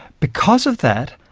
because of that,